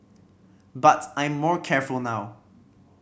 but I'm more careful now